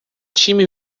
time